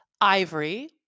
Ivory